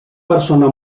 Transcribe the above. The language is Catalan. persona